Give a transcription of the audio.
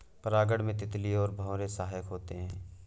परागण में तितली और भौरे सहायक होते है